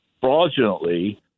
fraudulently